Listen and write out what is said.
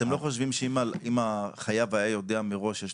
אתם לא חושבים שאם החייב היה יודע מראש שיש